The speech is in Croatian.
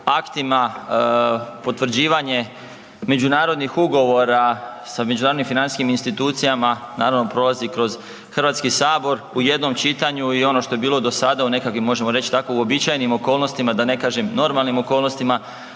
aktima, potvrđivanje međunarodnih ugovora sa međunarodnim financijskim institucijama, naravno, prolazi kroz HS, u jednom čitanju i ono što je bilo do sada u nekakvim, možemo reći, tako, uobičajenim okolnostima, da ne kažem, normalnim okolnostima,